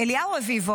אליהו רביבו,